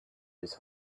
his